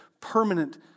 permanent